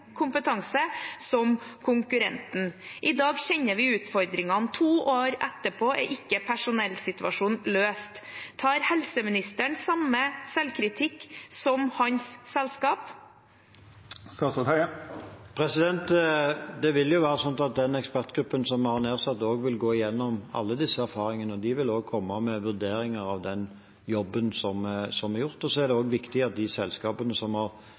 kompetanse som konkurrenten. I dag kjenner vi utfordringene, to år etterpå er ikke personellsituasjonen løst. Tar helseministeren samme selvkritikk som sitt selskap? Det vil være sånn at den ekspertgruppen som vi har nedsatt, vil også gå igjennom alle disse erfaringene. De vil også komme med vurderinger av den jobben som er gjort. Det er viktig at de selskapene som har